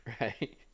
right